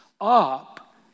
up